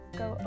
go